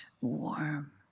warm